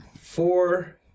four